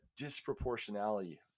disproportionality